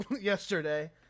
yesterday